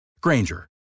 Granger